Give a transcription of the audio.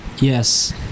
yes